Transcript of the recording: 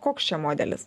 koks čia modelis